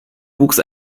wuchs